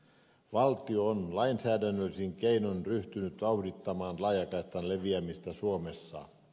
valtio on lainsäädännöllisin keinoin ryhtynyt vauhdittamaan laajakaistan leviämistä suomessa